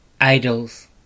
idols